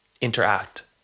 interact